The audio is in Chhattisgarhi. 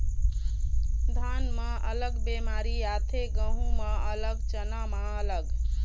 धान म अलग बेमारी आथे, गहूँ म अलग, चना म अलग